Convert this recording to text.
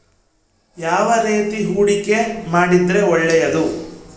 ಯಾವ ರೇತಿ ಹೂಡಿಕೆ ಮಾಡಿದ್ರೆ ಒಳ್ಳೆಯದು?